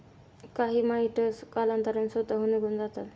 काही माइटस कालांतराने स्वतःहून निघून जातात